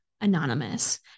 anonymous